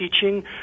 teaching